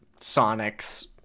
sonics